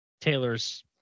Taylor's